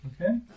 okay